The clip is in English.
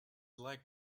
leg